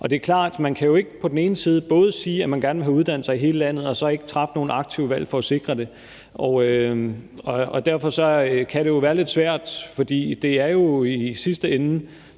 Det er klart, at man jo ikke på den ene side kan sige, at man gerne vil have uddannelser i hele landet, og på den anden side ikke træffe nogle aktive valg for at sikre det. Derfor kan det være lidt svært, for det her er jo i sidste ende